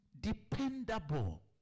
dependable